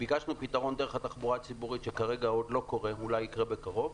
ביקשנו פתרון דרך התחבורה הציבורית שכרגע עוד לא קורה ואולי יקרה בקרוב.